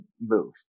move